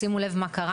שימו לב מה קרה,